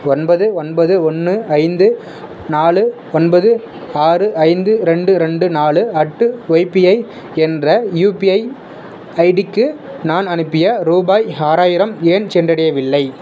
ஒன்பது ஒன்பது ஒன்று ஐந்து நாலு ஒன்பது ஆறு ஐந்து ரெண்டு ரெண்டு நாலு அட்டு ஒய்பிஐ என்ற யூபிஐ ஐடிக்கு நான் அனுப்பிய ரூபாய் ஆறாயிரம் ஏன் சென்றடையவில்லை